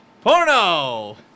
Porno